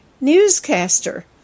Newscaster